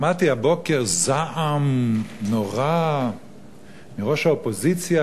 שמעתי הבוקר זעם נורא מראש האופוזיציה,